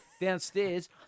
downstairs